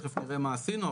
תיכף נראה מה עשינו,